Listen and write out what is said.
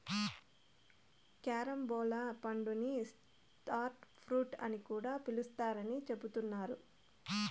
carambola పండుని star fruit అని కూడా పిలుత్తారని చెబుతున్నారు